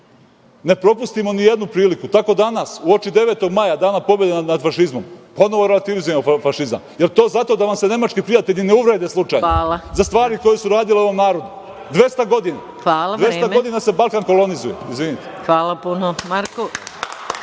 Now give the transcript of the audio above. Ne propustimo ni jednu priliku, tako danas, uoči 9. maja, Dana pobede nad fašizmom, ponovo relativizujemo fašizam. Da li je to zato da vam se nemački prijatelji ne uvrede slučajno za stvari koje su radili ovom narodu. Dvesta godina se Balkan kolonizuje. **Maja Gojković**